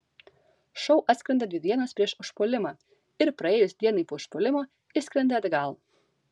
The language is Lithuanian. šou atskrenda dvi dienos prieš užpuolimą ir praėjus dienai po užpuolimo išskrenda atgal